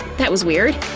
that was weird.